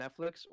Netflix